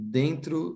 dentro